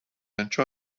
enjoy